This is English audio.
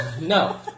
No